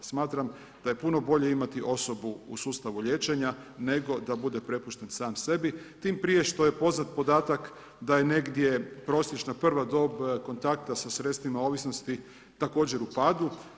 Smatram da je puno bolje imati osobu u sustavu liječenja, nego da bude prepušten sam sebi, tim prije što je poznat podatak da je negdje prosječna prva dob kontakta sa sredstvima ovisnosti također u padu.